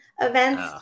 events